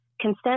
consent